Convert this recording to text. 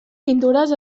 pintures